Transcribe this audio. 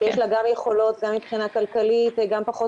יש לה גם יכולות גם מבחינה כלכלית וגם פחות